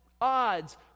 odds